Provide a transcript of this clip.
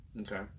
Okay